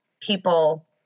people